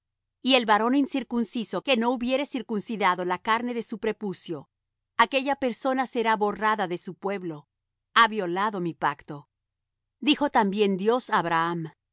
y el varón incircunciso que no hubiere circuncidado la carne de su prepucio aquella persona será borrada de su pueblo ha violado mi pacto dijo también dios á abraham